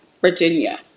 Virginia